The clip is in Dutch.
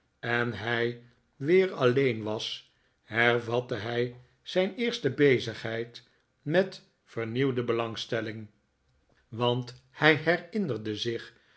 en hij weer alleen was hervatte hij zijn eerste bezigheid met vernieuwde belangstelling want hij herinnerde zich